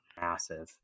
Massive